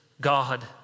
God